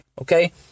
Okay